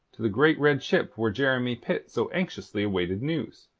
to the great red ship where jeremy pitt so anxiously awaited news.